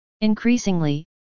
Increasingly